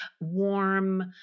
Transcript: warm